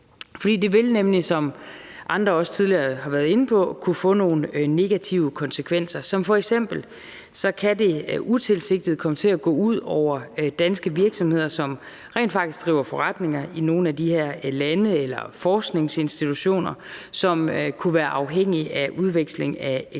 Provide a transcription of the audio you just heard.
Det vil nemlig, som andre også tidligere har været inde på, kunne få nogle negative konsekvenser. Det kan f.eks. utilsigtet komme til at gå ud over danske virksomheder, som rent faktisk driver forretning i nogle af de her lande, eller forskningsinstitutioner, som kunne være afhængige af udveksling af eksperter.